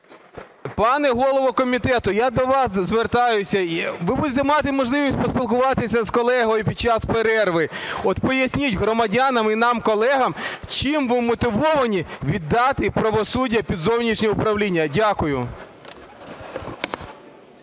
Пане голово комітету, я до вас звертаюсь. Ви будете мати можливість поспілкуватися з колегою під час перерви. От поясніть громадянам і нам, колегам, чим ви мотивовані віддати правосуддя під зовнішнє управління? Дякую.